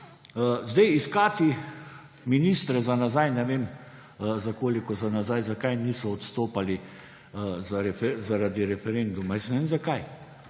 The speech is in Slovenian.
Iskati ministre za nazaj, ne vem, za koliko nazaj, zakaj niso odstopali zaradi referenduma – jaz ne vem, zakaj.